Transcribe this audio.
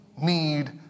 need